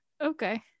okay